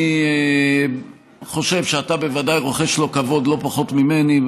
אני חושב שאתה בוודאי רוחש לו כבוד לא פחות ממני.